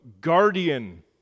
guardian